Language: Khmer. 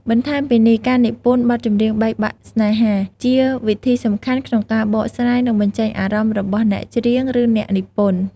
បន្ថែមពីនេះការនិពន្ធ បទចម្រៀងបែកបាក់ស្នេហា ជាវិធីសំខាន់ក្នុងការបកស្រាយ និងបញ្ចេញអារម្មណ៍របស់អ្នកច្រៀង ឬអ្នកនិពន្ធ។